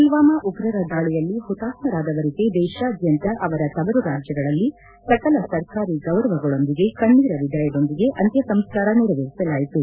ಮಲ್ವಾಮ ಉಗ್ರರ ದಾಳಿಯಲ್ಲಿ ಹುತಾತ್ಮರಾದವರಿಗೆ ದೇಶಾದ್ಯಂತ ಅವರ ತವರು ರಾಜ್ಯಗಳಲ್ಲಿ ಸಕಲ ಸರ್ಕಾರಿ ಗೌರವಗಳೊಂದಿಗೆ ಕಣ್ಣೀರ ವಿದಾಯದೊಂದಿಗೆ ಅಂತ್ಯಸಂಸ್ಕಾರ ನೆರವೇರಿಸಲಾಯಿತು